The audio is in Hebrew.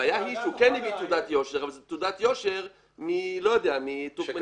הבעיה היא שהוא כן הגיש תעודת יושר אבל זו תעודת יושר מאיזה מקום.